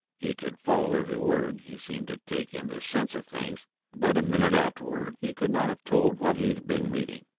he could follow every word he seemed to take in the sense of things but a minute afterward he could not have told what he had been reading.